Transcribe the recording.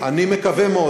אני מקווה מאוד.